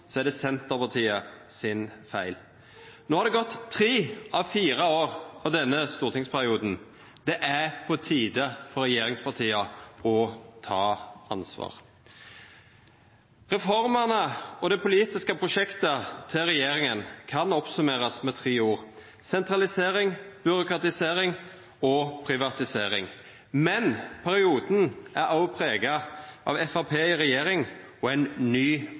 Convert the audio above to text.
er det Senterpartiet sin feil. No har det gått tre av fire år av denne stortingsperioden. Det er på tide for regjeringspartia å ta ansvar. Reformene og det politiske prosjektet til regjeringa kan oppsummerast med tre ord: sentralisering, byråkratisering og privatisering. Men perioden er òg prega av Framstegspartiet i regjering og ein ny